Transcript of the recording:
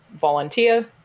Volunteer